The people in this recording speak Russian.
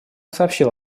сообщил